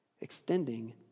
Extending